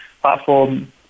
Platform